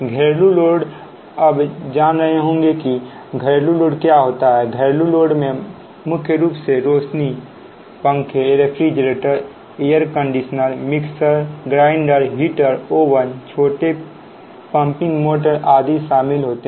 घरेलू लोड अब जान रहे होंगे कि घरेलू लोड क्या होता है घरेलू लोड मैं मुख्य रूप से रोशनी पंखे refrigerator air conditioner mixer grinder heater oven छोटे पंपिंग मोटर्स आदि शामिल हैं